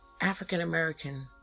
African-American